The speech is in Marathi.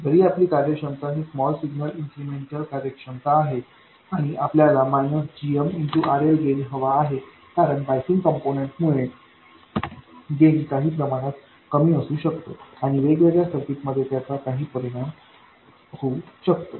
जरी आपली कार्यक्षमता ही स्मॉल सिग्नल इन्क्रिमेंटल कार्यक्षमता आहे आणि आपल्याला gmRL गेन हवा आहे कारण बायसिंग कम्पोनन्ट मुळे गेन काही प्रमाणात कमी असू शकतो किंवा वेगवेगळ्या सर्किटमध्ये त्याचा काही परिणाम होऊ शकतो